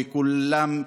וכולם,